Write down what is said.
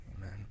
Amen